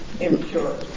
impure